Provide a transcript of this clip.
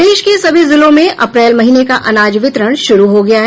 प्रदेश के सभी जिलों में अप्रैल महीने का अनाज वितरण शुरू हो गया है